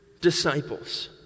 disciples